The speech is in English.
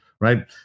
right